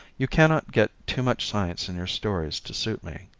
you cannot get too much science in your stories to suit me.